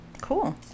cool